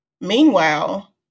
meanwhile